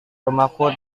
rumahku